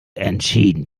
entschieden